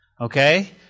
okay